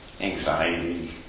Anxiety